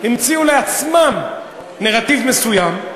המציאו לעצמם נרטיב מסוים,